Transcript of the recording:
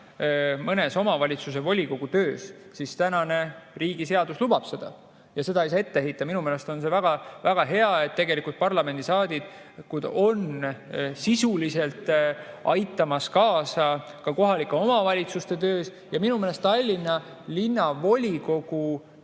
mõne omavalitsuse volikogu töös, siis tänane riigi seadus lubab seda ja seda ei saa ette heita. Minu meelest on see väga hea, et parlamendi saadikud aitavad sisuliselt kaasa ka kohalike omavalitsuste tööle, ja minu meelest Tallinna Linnavolikogu